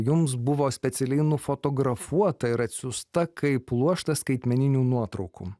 jums buvo specialiai nufotografuota ir atsiųsta kaip pluoštas skaitmeninių nuotraukų